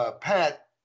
Pat